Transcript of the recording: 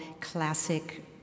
classic